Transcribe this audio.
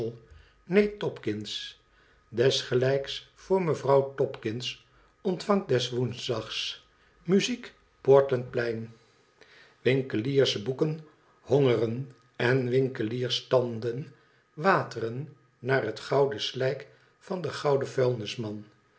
desgelijks voor mevrouw topkins ontvangt des woensdags muziek portland plein winkeliersboeken hongeren en winkelierstanden wateren naar het gouden slijk van den gouden vuilnisman